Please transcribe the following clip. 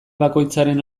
bakoitzaren